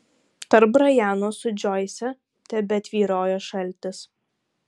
tarp brajano su džoise tebetvyrojo šaltis